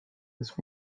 was